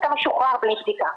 אתה משוחרר בלי בדיקה.